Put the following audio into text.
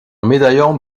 médaillon